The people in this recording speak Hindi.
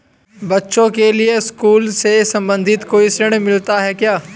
बच्चों के लिए स्कूल से संबंधित कोई ऋण मिलता है क्या?